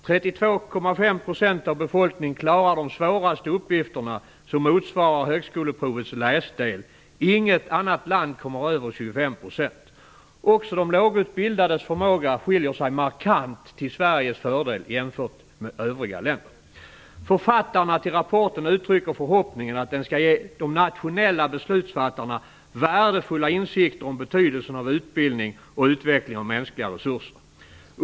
32,5 % av befolkningen klarar de svåraste uppgifterna, som motsvarar högskoleprovets läsdel. Inget annat land kommer över 25 %. Också de lågutbildades förmåga skiljer sig markant till Sveriges fördel jämfört med övriga länder. Författarna till rapporten uttrycker förhoppningen att rapporten skall ge de nationella beslutsfattarna värdefulla insikter om betydelsen av utbildning och utveckling av mänskliga resurser.